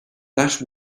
that